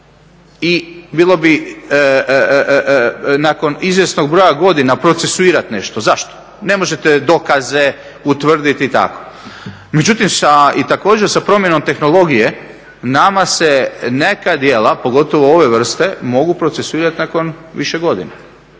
i bilo bi nakon izvjesnog broja godina procesuirat nešto. Zašto, ne možete dokaze utvrditi i tako. Međutim i također sa promjenom tehnologije nama se neka djela, pogotovo ove vrste, mogu procesuirat nakon više godina.